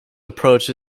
approach